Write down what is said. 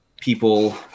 people